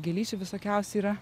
gėlyčių visokiausių yra